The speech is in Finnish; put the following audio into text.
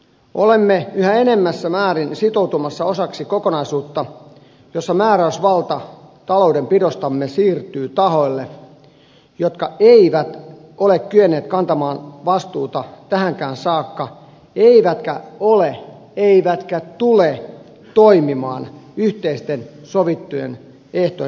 olemme yhä enenevässä määrin sitoutumassa osaksi kokonaisuutta jossa määräysvalta taloudenpidostamme siirtyy tahoille jotka eivät ole kyenneet kantamaan vastuuta tähänkään saakka eivätkä ole toimineet eivätkä tule toimimaan yhteisten sovittujen ehtojen mukaisesti